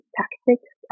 tactics